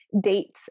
dates